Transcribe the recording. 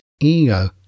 ego